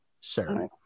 sir